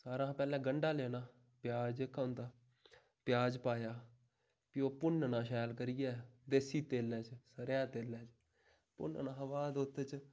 सारें हा पैह्ले गंढा लैना प्याज़ जेह्का होंदा प्याज पाया फ्ही ओह् भुन्नना शैल करियै देसी तेलै च सरे'आं दे तेलै च भुन्नना हा बाद ओह्दे च